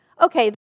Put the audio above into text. okay